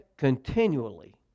continually